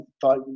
thought